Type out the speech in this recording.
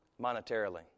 monetarily